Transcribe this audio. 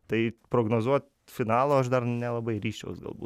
tai prognozuot finalo aš dar nelabai ryžčiaus galbūt